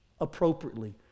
appropriately